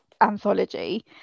anthology